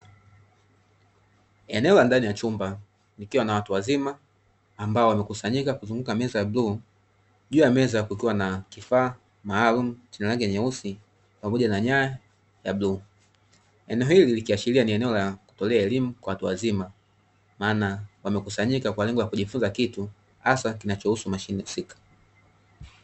Eneo la ndani ya chumba, likiwa na watu wazima, ambao wamekusanyika kuzunguka meza ya bluu. Juu ya meza kukiwa na kifaa maalumu chenye rangi nyeusi, pamoja na nyaya ya bluu. Eneo hili likiashiria ni eneo la kutolea elimu kwa watu wazima, maana wamekusanyika kwa lengo la kujifunza kitu, hasa kinachohusu mashine husika.